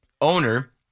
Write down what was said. owner